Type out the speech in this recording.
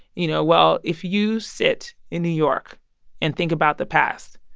you know, well, if you sit in new york and think about the past,